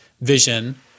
vision